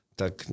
tak